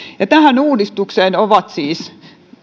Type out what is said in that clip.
tähän uudistukseen on siis